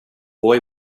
boy